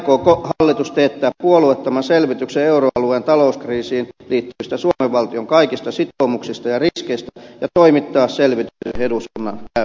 aikooko hallitus teettää puolueettoman selvityksen euroalueen talouskriisiin liittyvistä suomen valtion kaikista sitoumuksista ja riskeistä ja toimittaa selvityksen eduskunnan käyttöön